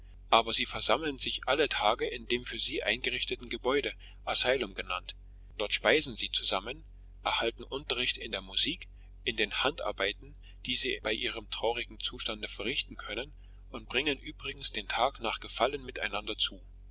aber sie versammeln sich alle tage in dem für sie eingerichteten gebäude asylum genannt dort speisen sie zusammen erhalten unterricht in der musik in den handarbeiten die sie bei ihrem traurigen zustande verrichten können und bringen übrigens den tag nach gefallen miteinander zu